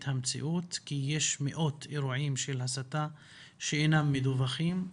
המציאות כי יש מאות אירועים של הסתה שאינם מדווחים,